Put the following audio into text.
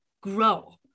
grow